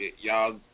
y'all